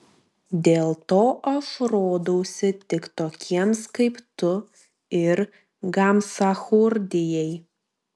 dėl to aš rodausi tik tokiems kaip tu ir gamsachurdijai